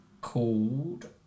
called